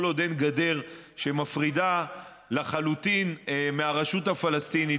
כל עוד אין גדר שמפרידה לחלוטין מהרשות הפלסטינית,